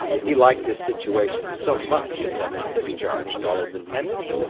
he liked his situation so much that he discharged all his attendants,